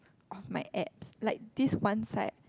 of my abs like this one side